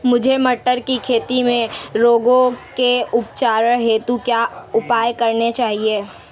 मुझे मटर की खेती में रोगों के उपचार हेतु क्या उपाय करने चाहिए?